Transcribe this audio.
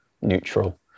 neutral